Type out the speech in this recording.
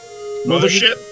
mothership